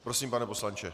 Prosím, pane poslanče.